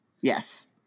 Yes